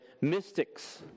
mystics